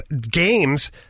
games